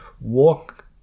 walk